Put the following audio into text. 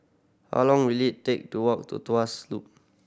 how long will it take to walk to Tuas Loop